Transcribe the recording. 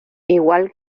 igual